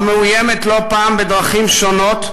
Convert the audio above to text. המאוימת לא פעם בדרכים שונות,